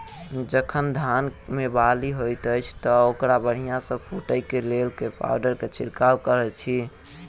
जखन धान मे बाली हएत अछि तऽ ओकरा बढ़िया सँ फूटै केँ लेल केँ पावडर केँ छिरकाव करऽ छी?